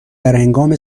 درهنگام